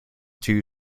too